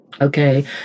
Okay